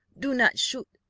do not shoot,